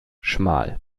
schmal